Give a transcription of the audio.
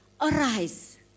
arise